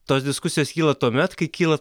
tos diskusijos kyla tuomet kai kyla